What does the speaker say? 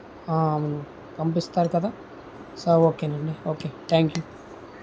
అవును పంపిస్తారు కదా సరే ఓకే అండి ఓకే థ్యాంక్ యూ